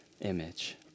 image